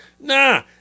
Nah